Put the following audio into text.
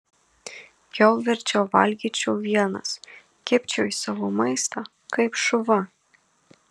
jau verčiau valgyčiau vienas kibčiau į savo maistą kaip šuva